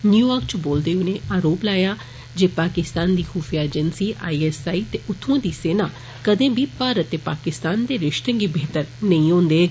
New York च बोलदे होई उनें आरोप लाया जे पाकिस्तान दी खुफिया अजेन्सी आई एस आई ते उत्थुआं दी सेना कदें बी भारत तें पाकिस्तान दे रिष्तें गी बेहतर नेंई होन देग